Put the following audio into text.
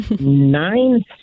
nine